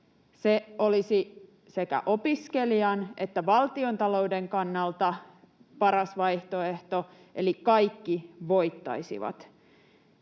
Se olisi sekä opiskelijan että valtiotalouden kannalta paras vaihtoehto eli kaikki voittaisivat.